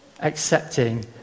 accepting